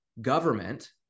government